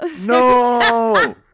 No